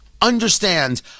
understand